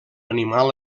animal